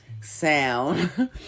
sound